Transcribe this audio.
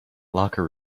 locker